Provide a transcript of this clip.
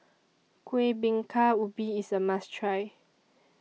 Kuih Bingka Ubi IS A must Try